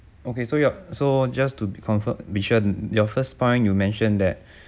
okay so your so just to be confirm bee-shen your first point you mentioned that